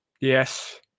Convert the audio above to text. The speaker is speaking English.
Yes